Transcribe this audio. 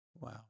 wow